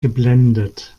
geblendet